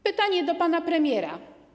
Pytanie do pana premiera.